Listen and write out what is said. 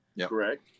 Correct